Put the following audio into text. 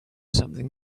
something